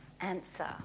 answer